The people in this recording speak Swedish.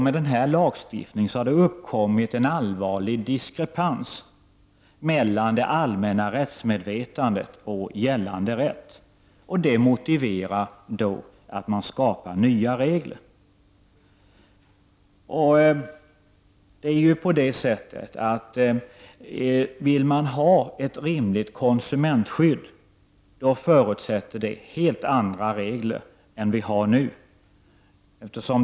Med denna lagstiftning har det uppkommit en allvarlig diskrepans mellan det allmänna rättsmedvetandet och gällande rätt, och det motiverar att man skapar nya regler. Ett rimligt konsumentskydd förutsätter helt andra regler än de som vi har nu.